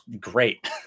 great